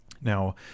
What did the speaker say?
Now